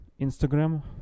Instagram